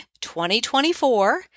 2024